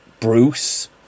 Bruce